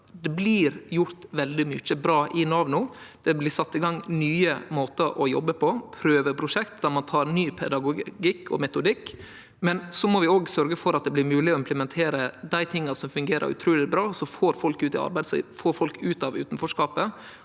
Det blir gjort veldig mykje bra i Nav no. Det blir sett i gang nye måtar å jobbe på, prøveprosjekt der ein tek i bruk ny pedagogikk og metodikk. Så må vi òg sørgje for at det blir mogleg å implementere dei tinga som fungerer utruleg bra, som får folk ut i arbeid og ut av utanforskapen